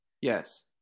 Yes